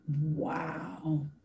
Wow